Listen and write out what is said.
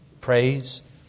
Praise